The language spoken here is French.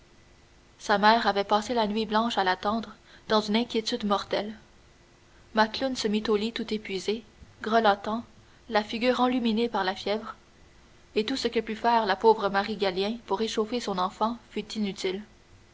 sa mère avait passé la nuit blanche à l'attendre dans une inquiétude mortelle macloune se mit au lit tout épuisé grelottant la figure enluminée par la fièvre et tout ce que put faire la pauvre marie gallien pour réchauffer son enfant fut inutile